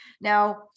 Now